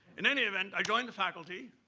in any event, i joined the faculty.